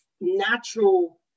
natural